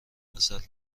عسل